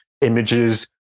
images